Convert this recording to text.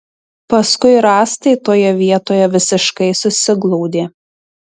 paskui rąstai toje vietoje visiškai susiglaudė